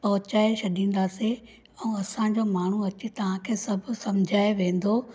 पोहचाइ छॾींदासीं ऐं असांजो माण्हूं अची तव्हांखे सभु सम्झाइ वेंदो